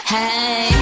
Hey